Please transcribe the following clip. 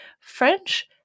french